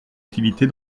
utilité